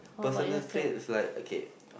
personal traits like okay